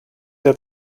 der